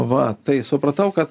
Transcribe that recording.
va tai supratau kad